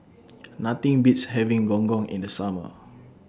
Nothing Beats having Gong Gong in The Summer